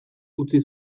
utzi